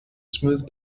smooth